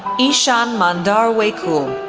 ishan mandar waykul,